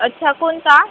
अच्छा कोणता